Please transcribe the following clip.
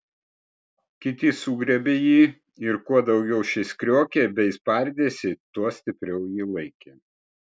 kiti sugriebė jį ir kuo daugiau šis kriokė bei spardėsi tuo stipriau jį laikė